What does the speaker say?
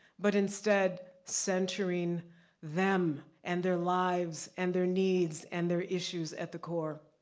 but instead centering them and their lives and their needs and their issues at the core.